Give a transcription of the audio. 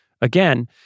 again